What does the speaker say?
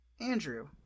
Andrew